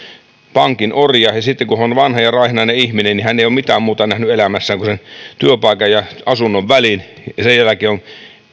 pankin orja ja sitten kun on vanha ja raihnainen ihminen niin hän ei ole mitään muuta nähnyt elämässään kuin sen työpaikan ja asunnon välin ja sen jälkeen on